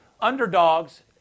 underdogs